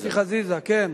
מוטי חזיזה, כן.